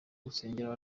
gusengera